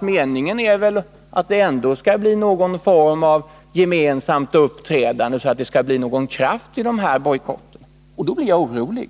Meningen är väl ändå att det skall bli någon form av gemensamt uppträdande, så att det blir någon kraft i bojkotterna. Det är det som gör mig orolig.